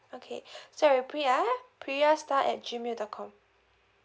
okay so I repeat yeah priya star at G mail dot com